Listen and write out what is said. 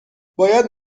باید